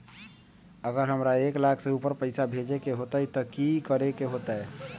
अगर हमरा एक लाख से ऊपर पैसा भेजे के होतई त की करेके होतय?